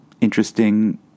interesting